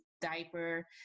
diaper